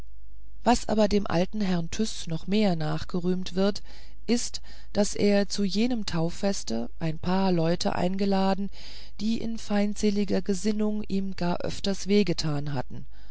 was aber dem alten herrn tyß noch mehr nachgerühmt wird ist daß er zu jenem tauffeste ein paar leute geladen die in feindseliger gesinnung ihm gar öfters weh getan hatten